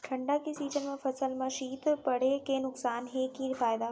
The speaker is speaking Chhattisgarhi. ठंडा के सीजन मा फसल मा शीत पड़े के नुकसान हे कि फायदा?